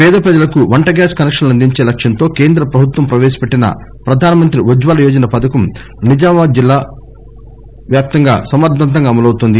పేద ప్రజలకు వంట గ్యాస్ కనెక్షన్లు అందించే లక్ష్యంతో కేంద్ర ప్రభుత్వం ప్రవేశపెట్టిన ప్రధానమంత్రి ఉజ్ఞల యోజన పథకం నిజామాబాద్ జిల్లా వ్యాప్తంగా సమర్దవంతంగా అమలవుతోంది